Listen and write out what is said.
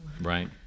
Right